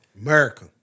America